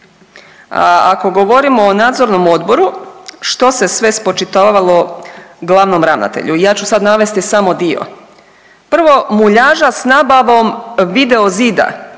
ako govorimo o nadzornom odboru što se sve spočitavalo glavnom ravnatelju, ja ću sad navesti samo dio. Prvo, muljaža s nabavom video zida